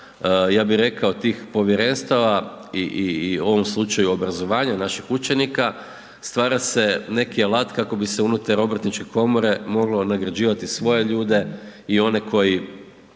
ja bih rekao tih povjerenstava i u ovom slučaju obrazovanja naših učenika stvara se neki alat kako bi se unutar obrtničke komore moglo nagrađivati svoje ljude i one koji